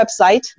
website